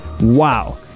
Wow